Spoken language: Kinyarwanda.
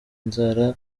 inzara